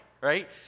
right